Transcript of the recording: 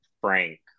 Frank